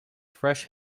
fresh